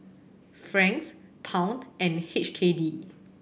Franc Pound and H K D